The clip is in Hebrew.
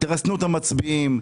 תרסנו את המצביעים,